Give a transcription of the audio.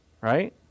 right